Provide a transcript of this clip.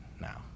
now